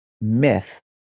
myth